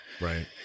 Right